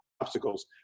obstacles